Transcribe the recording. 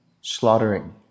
slaughtering